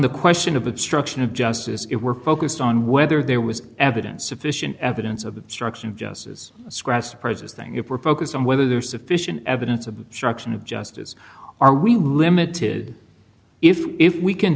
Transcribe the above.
the question of obstruction of justice if we're focused on whether there was evidence sufficient evidence of obstruction of justice scratched prez's thing if we're focused on whether there's sufficient evidence of structure and of justice are we limited if we can